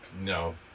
No